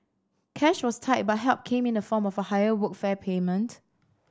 cash was tight but help came in the form of a higher Workfare payment